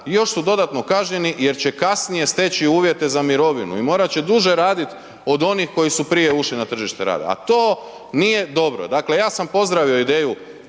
još su dodatno kažnjeni jer će kasnije steći uvjete za mirovinu i morat će duže raditi od onih koji su prije ušli na tržište rada, a to nije dobro. Dakle, ja sam pozdravio ideju